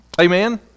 Amen